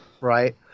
Right